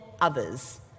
others